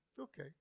Okay